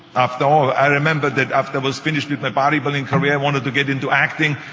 after all, i remember that after i was finished with my body building career, i wanted to get into acting,